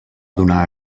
donar